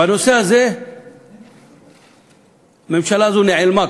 בנושא הזה הממשלה הזאת נאלמה,